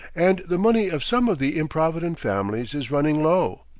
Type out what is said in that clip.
and the money of some of the improvident families is running low.